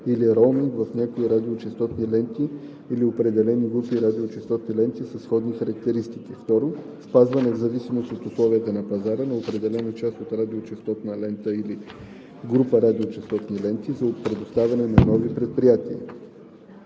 или роуминг в някои радиочестотни ленти или определени групи радиочестотни ленти със сходни характеристики; 2. запазване, в зависимост от условията на пазара, на определена част от радиочестотна лента или група радиочестотни ленти за предоставяне на нови предприятия;